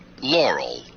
Laurel